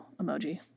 emoji